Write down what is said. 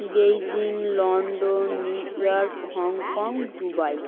Beijing London New York Hong Kong Dubai